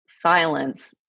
silence